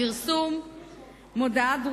פרסום מודעת "דרושים"